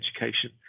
education